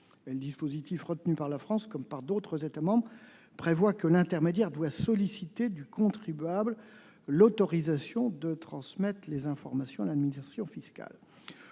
le dispositif retenu par la France, comme par d'autres États membres, prévoit que l'intermédiaire doit solliciter du contribuable l'autorisation de transmettre les informations à l'administration fiscale.